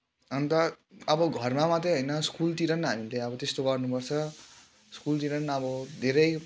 अन्त अब घरमा मात्रै होइन स्कुलतिर पनि हामीले अब त्यस्तो गर्नुपर्छ स्कुलतिर पनि अब धेरै